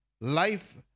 life